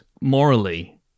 morally